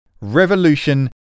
Revolution